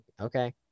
Okay